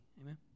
Amen